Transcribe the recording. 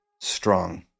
strong